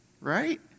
right